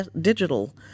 digital